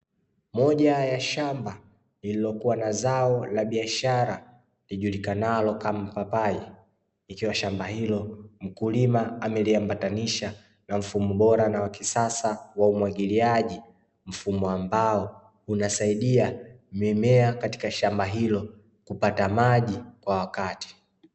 Moja ya shamba lililokua na zao la biashara, lijulikanalo kama papai, ikiwa shamba hilo mkulima ameliambatanisha na mfumo bora wa kisasa wa umwagiliaji, mfumo ambao unaosaidia mimea katika shamba hilo kupata maji kwa wakati.